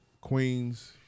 Queens